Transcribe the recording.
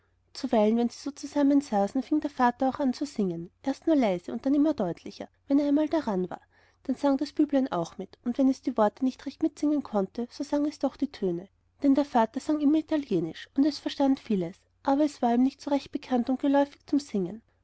zuweilen wenn sie so zusammensaßen fing der vater auch an zu singen erst nur leise und dann immer deutlicher wenn er einmal daran war dann sang das büblein auch mit und wenn es die worte nicht recht mitsingen konnte so sang es doch die töne denn der vater sang immer italienisch und es verstand vieles aber es war ihm nicht so recht bekannt und geläufig zum singen